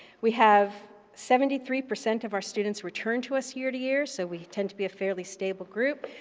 we have seventy three percent of our students return to us year-to-year, so we tend to be a fairly stable group.